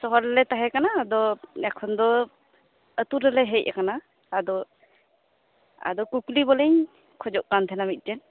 ᱥᱚᱦᱚᱨ ᱨᱮᱞᱮ ᱛᱟᱦᱮᱸᱠᱟᱱᱟ ᱟᱫᱚ ᱱᱤᱛᱚᱜ ᱫᱚ ᱟᱹᱛᱩ ᱨᱮᱞᱮ ᱦᱮᱡ ᱟᱠᱟᱱᱟ ᱟᱫᱚ ᱠᱩᱠᱞᱤ ᱵᱚᱞᱮᱧ ᱠᱷᱚᱡᱚᱜ ᱠᱟᱱ ᱛᱟᱦᱮᱸᱡ ᱢᱤᱫᱴᱟᱝ